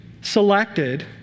selected